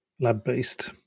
lab-based